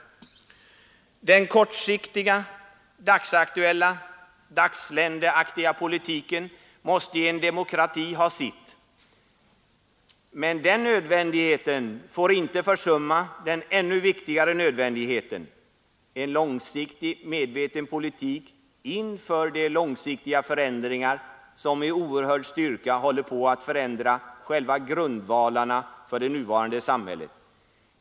Den kortsiktiga, dagsaktuella, dagsländeaktiga politiken måste i en demokrati ha sitt. Men den nödvändigheten får inte försumma den ännu viktigare nödvändigheten: en långsiktig medveten politik inför de långsiktiga förändringar som med oerhörd styrka håller på att förändra själva grundvalarna för det nuvarande samhället.